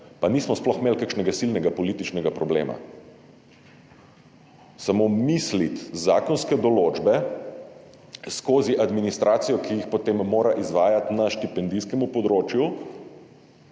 pa nismo sploh imeli kakšnega silnega političnega problema, samo misliti zakonske določbe skozi administracijo, ki jih potem mora izvajati na štipendijskem področju,